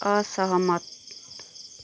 असहमत